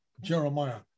Jeremiah